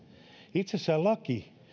itsessään laki